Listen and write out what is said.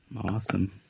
awesome